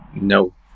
no